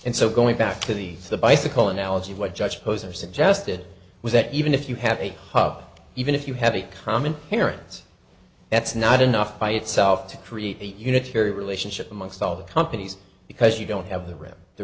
and so going back to the the bicycle analogy what judge posner suggested was that even if you have a hub even if you have a common parents that's not enough by itself to create unitary relationship amongst all the companies because you don't have the room t